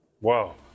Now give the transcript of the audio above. Wow